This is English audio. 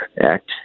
act